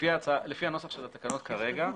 לפי הנוסח של התקנות כרגע,